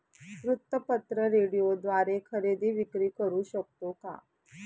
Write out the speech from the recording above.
वृत्तपत्र, रेडिओद्वारे खरेदी विक्री करु शकतो का?